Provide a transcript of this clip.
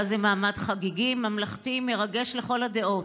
היה זה מעמד חגיגי, ממלכתי, מרגש לכל הדעות,